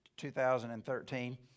2013